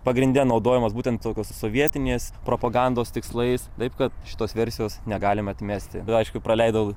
pagrinde naudojamas būtent tokios sovietinės propagandos tikslais taip kad šitos versijos negalima atmesti aišku praleidau